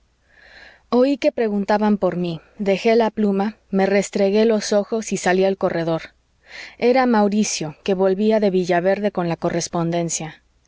oí que preguntaban por mí dejé la pluma me restregué los ojos y salí al corredor era mauricio que volvía de villaverde con la correspondencia